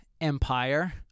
empire